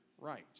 right